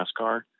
NASCAR